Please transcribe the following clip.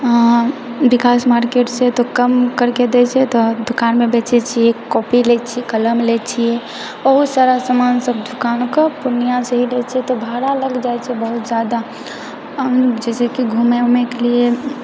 विकाश मार्केटसँ कम करके दै छै तऽ दुकानमे बेचै छियै कॉपी लै छियै कलम लै छियै बहुत सारा सामान सब दुकानके पूर्णियासँ ही लै छियै तऽ भाड़ा लग जाइ छै बहुत जादा जैसेकी घुमै ऊमैके लिए